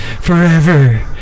forever